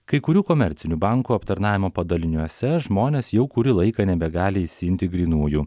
kai kurių komercinių bankų aptarnavimo padaliniuose žmonės jau kurį laiką nebegali išsiimti grynųjų